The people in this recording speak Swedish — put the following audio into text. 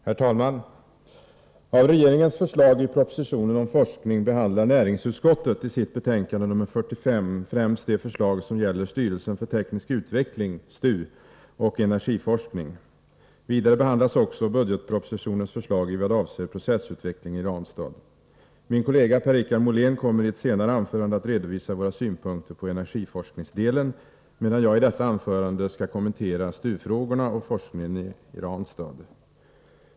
Herr talman! Av regeringens förslag i propositionen om forskning behandlar näringsutskottet i sitt betänkande nr 45 främst de förslag som gäller styrelsen för teknisk utveckling, STU, och energiforskning. Vidare behandlas också budgetpropositionens förslag i vad avser processutveckling i Ranstad. Min kollega Per-Richard Molén kommer i ett senare anförande att redovisa våra synpunkter på energiforskningsdelen, medan jag i detta anförande skall kommentera STU-frågorna och forskningen i Ranstad.